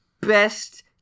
Best